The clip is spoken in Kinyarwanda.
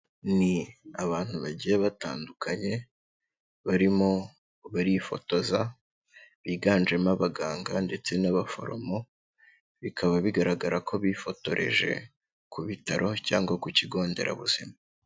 Ni abantu bagiye batandukanye barimo barifotoza biganjemo abaganga ndetse n'abaforomo, bikaba bigaragara ko bifotoreje ku bitaro cyangwa ku Kigo nderabuzima.